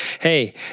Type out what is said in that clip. Hey